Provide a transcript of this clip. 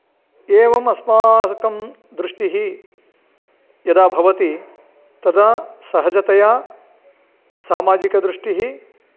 एवम् अस्माकं दृष्टिः यदा भवाति तदा सहजतया सामाजिकदृष्टिः